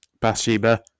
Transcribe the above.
Bathsheba